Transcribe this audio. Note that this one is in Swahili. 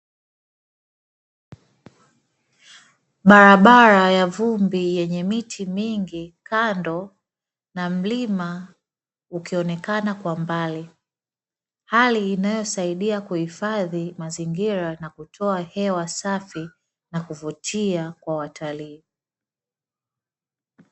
Barabara ya vumbi yenye miti mingi kando, na mlima ukionekana kwa mbali. Hali inayosaidia kuhifadhi mazingira, na kutoa hewa safi na kuvutia kwa watalii.